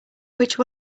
which